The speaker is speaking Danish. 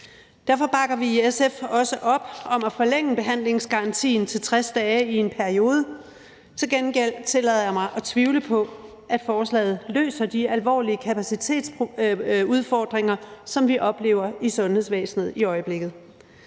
Derfor bakker vi i SF også op om at forlænge behandlingsgarantien til 60 dage i en periode. Til gengæld tillader jeg mig at tvivle på, at forslaget løser de alvorlige kapacitetsudfordringer, som vi oplever i sundhedsvæsenet i øjeblikket.